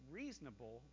reasonable